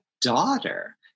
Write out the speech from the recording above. daughter